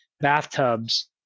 bathtubs